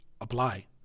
apply